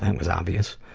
and was obvious.